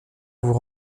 vous